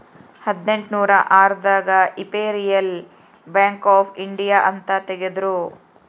ಹದಿನೆಂಟನೂರ ಆರ್ ದಾಗ ಇಂಪೆರಿಯಲ್ ಬ್ಯಾಂಕ್ ಆಫ್ ಇಂಡಿಯಾ ಅಂತ ತೇಗದ್ರೂ